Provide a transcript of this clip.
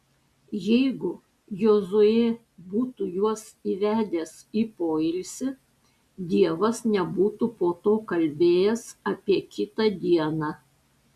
jeigu jozuė būtų juos įvedęs į poilsį dievas nebūtų po to kalbėjęs apie kitą dieną